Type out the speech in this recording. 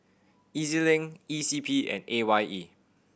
E Z Link E C P and A Y E